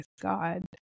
God